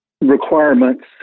requirements